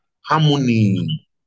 harmony